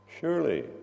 Surely